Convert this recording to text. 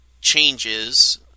changes